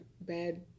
bad